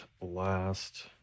last